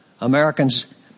American's